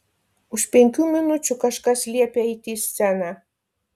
už penkių minučių kažkas liepia eiti į sceną